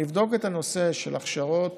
אני אבדוק את הנושא של הכשרות